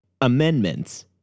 amendments